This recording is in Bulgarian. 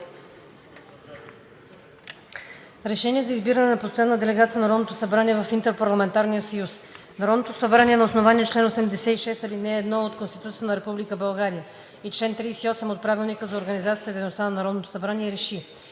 РЕШЕНИЕ за избиране на постоянна делегация на Народното събрание в Интерпарламентарния съюз Народното събрание на основание чл. 86, ал. 1 от Конституцията на Република България и чл. 38 от Правилника за организацията и дейността на Народното събрание РЕШИ: